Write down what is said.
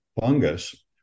fungus